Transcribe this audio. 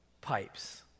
pipes